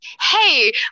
hey